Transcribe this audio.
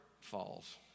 falls